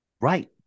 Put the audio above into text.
Right